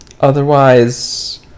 Otherwise